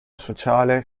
sociale